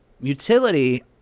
Utility